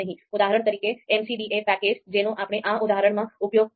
ઉદાહરણ તરીકે MCDA package જેનો આપણે આ ઉદાહરણમાં ઉપયોગ કરીશું